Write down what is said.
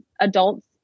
adults